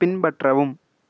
பின்பற்றவும்